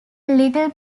little